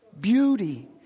beauty